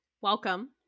Welcome